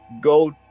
go